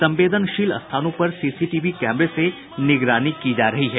संवेदनशील स्थानों पर सीसीटीवी कैमरे से निगरानी की जा रही है